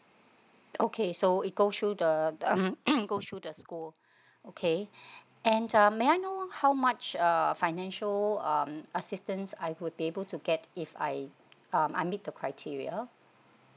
okay so it go through the goes through the school okay and um may I know how much uh financial um assistance I would be able to get if I um I meet the criteria